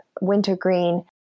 wintergreen